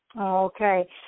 Okay